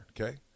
okay